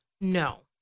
no